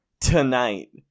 tonight